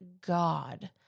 God